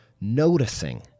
noticing